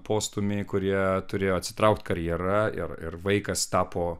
postūmiai kurie turėjo atsitraukti karjera ir ir vaikas tapo